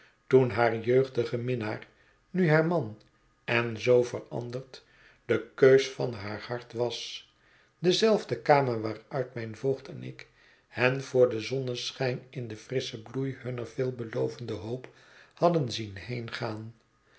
toen haar jeugdige minnaar nu haar man en zoo veranderd de keus van haar hart was dezelfde kamer waaruit mijn voogd en ik hen door den zonneschijn in den frisschen bloei hunner veelbelovende hoop hadden zien